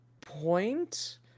point